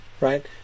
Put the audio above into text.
right